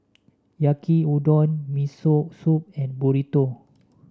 Yaki Udon Miso Soup and Burrito